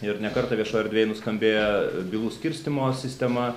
ir ne kartą viešoj erdvėj nuskambėję bylų skirstymo sistema